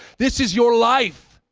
this is your life.